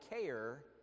care